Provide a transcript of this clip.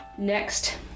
Next